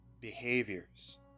behaviors